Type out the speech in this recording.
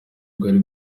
bwari